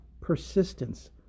persistence